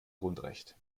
grundrecht